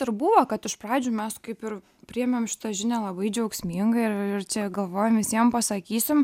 ir buvo kad iš pradžių mes kaip ir priėmėm šitą žinią labai džiaugsmingai ir ir čia galvojom visiem pasakysim